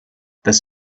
this